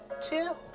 Two